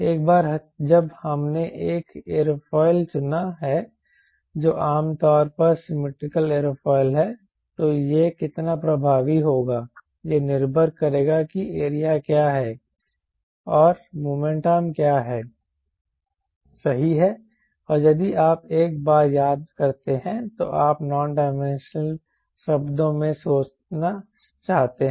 एक बार जब हमने एक एयरोफॉयल चुना है जो आम तौर पर सिमैट्रिकल एयरोफॉयल है तो यह कितना प्रभावी होगा यह निर्भर करेगा कि एरिया क्या है और मोमेंट आर्म क्या है सही है और यदि आप एक बार याद करते हैं तो आप नॉन डाइमेंशनल शब्दों में सोचना चाहते हैं